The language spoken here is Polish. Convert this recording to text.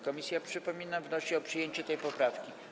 Komisja, przypominam, wnosi o przyjęcie tej poprawki.